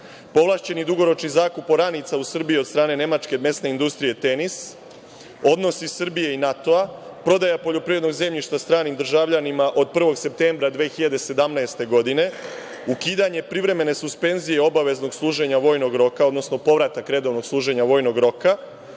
povlašćeni dugoročni zakup oranica u Srbiji od strane Nemačke mesne industrije „Tenis“, odnosi Srbije i NATO, prodaja poljoprivrednog zemljišta stranim državljanima od 1. septembra 2017. godine, ukidanje privremene suspenzije obaveznog služenja vojnog roka, odnosno povratak redovnog služenja vojnog roka,